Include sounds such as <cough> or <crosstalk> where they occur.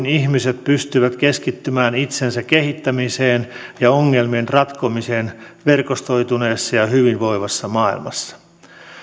<unintelligible> ihmiset pystyvät keskittymään itsensä kehittämiseen ja ongelmien ratkomiseen verkostoituneessa ja hyvinvoivassa maailmassa